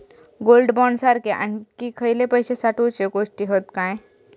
Gold bond सारखे आणखी खयले पैशे साठवूचे गोष्टी हत काय?